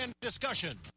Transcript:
discussion